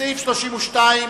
סעיף 32,